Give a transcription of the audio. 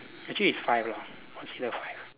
actually it's five lah consider five